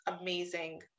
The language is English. amazing